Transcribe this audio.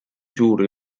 suur